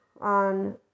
on